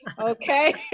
Okay